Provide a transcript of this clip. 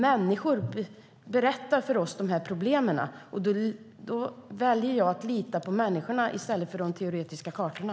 Människor berättar om de här problemen för oss. Jag väljer att lita på människorna i stället för på de teoretiska kartorna.